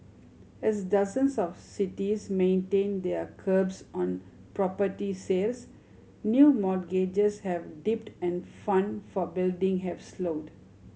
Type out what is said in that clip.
as dozens of cities maintain their curbs on property sales new mortgages have dipped and fund for building have slowed